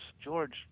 George